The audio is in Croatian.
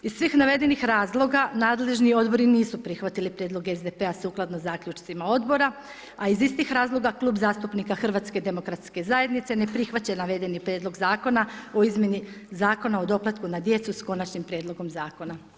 Iz svih navedenih razloga nadležni odbori nisu prihvatili prijedlog SDP-a sukladno zaključcima odbora, a iz istih razloga Klub zastupnika HDZ-a ne prihvaća navedeni Prijedlog zakona o izmjeni Zakona o doplatku za djecu, s Konačnim prijedlogom Zakona.